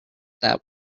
that